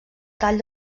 tall